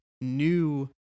new